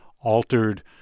altered